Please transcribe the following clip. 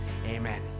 Amen